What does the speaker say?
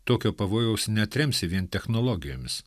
tokio pavojaus neatremsi vien technologijomis